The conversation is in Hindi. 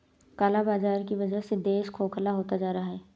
काला बाजार की वजह से देश खोखला होता जा रहा है